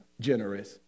generous